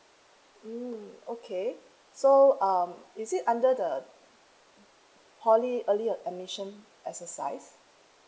mm okay so um is it under the poly early of admission exercise